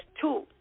two